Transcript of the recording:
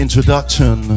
Introduction